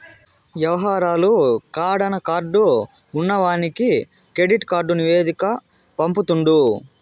యవహారాలు కడాన కార్డు ఉన్నవానికి కెడిట్ కార్డు నివేదిక పంపుతుండు